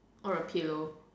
or a pillow